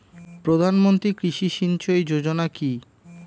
প্রধানমন্ত্রী কৃষি সিঞ্চয়ী যোজনা কি?